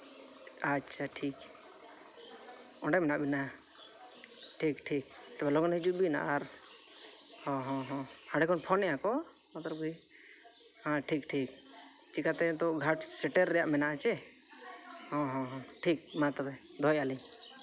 ᱟᱪᱪᱷᱟ ᱴᱷᱤᱠ ᱚᱸᱰᱮ ᱢᱮᱱᱟᱜ ᱵᱤᱱᱟ ᱴᱷᱤᱠ ᱴᱷᱤᱠ ᱛᱚᱵᱮ ᱞᱚᱜᱚᱱ ᱦᱤᱡᱩᱜ ᱵᱤᱱ ᱟᱨ ᱦᱚᱸ ᱦᱚᱸ ᱦᱟᱸᱰᱮ ᱠᱷᱚᱱ ᱯᱷᱳᱱ ᱮᱫᱼᱟ ᱠᱚ ᱵᱚᱛᱚᱨ ᱜᱮ ᱦᱮᱸ ᱴᱷᱤᱠ ᱴᱷᱤᱠ ᱪᱤᱠᱟᱛᱮ ᱱᱤᱛᱚᱜ ᱜᱷᱟᱴ ᱥᱮᱴᱮᱨ ᱨᱮᱭᱟᱜ ᱢᱮᱱᱟᱜᱼᱟ ᱪᱮ ᱦᱚᱸ ᱦᱚᱸ ᱴᱷᱤᱠ ᱢᱟ ᱛᱚᱵᱮ ᱫᱚᱦᱚᱭᱮᱫᱼᱟ ᱞᱤᱧ